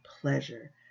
pleasure